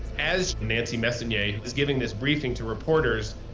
as nancy messonnier is giving this briefing to reporters,